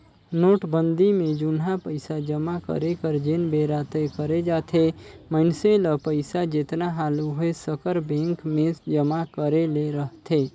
नोटबंदी में जुनहा पइसा जमा करे कर जेन बेरा तय करे जाथे मइनसे ल पइसा जेतना हालु होए सकर बेंक में जमा करे ले रहथे